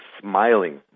smiling